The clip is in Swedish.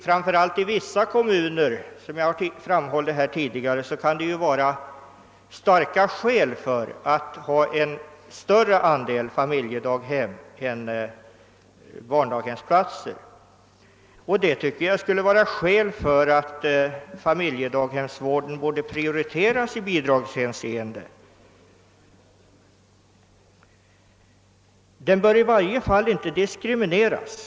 Framför allt i vissa kommuner kan det, såsom jag har framhållit här tidigare, finnas starka skäl för att ha en större andel familjedaghemsplatser än barndaghemsplatser. Det tycker jag skulle vara skäl för att familjedaghemsvården borde prioriteras i bidragshänseende. Den bör i varje fall inte diskrimineras.